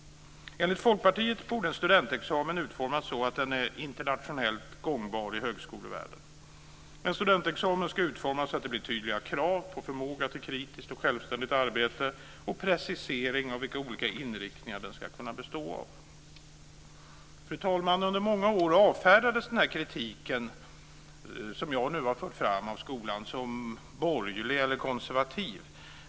Enligt Folkpartiet borde en studentexamen utformas så att den är internationellt gångbar i högskolevärlden. En studentexamen ska utformas så att det blir tydliga krav på förmåga till kritiskt och självständigt arbete och precisering av vilka olika inriktningar den ska kunna bestå av. Fru talman! Under många år avfärdades den kritik av skolan som jag nu har fört fram som borgerlig eller konservativ.